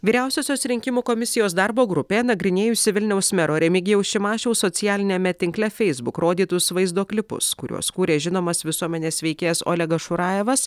vyriausiosios rinkimų komisijos darbo grupė nagrinėjusi vilniaus mero remigijaus šimašiaus socialiniame tinkle facebook rodytus vaizdo klipus kuriuos kūrė žinomas visuomenės veikėjas olegas šurajevas